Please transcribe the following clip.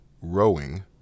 rowing